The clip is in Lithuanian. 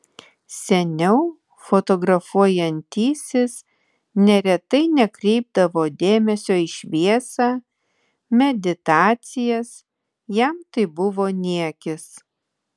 seniau fotografuojantysis neretai nekreipdavo dėmesio į šviesą meditacijas jam tai buvo niekis